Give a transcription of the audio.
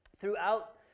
throughout